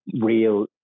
real